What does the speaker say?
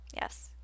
Yes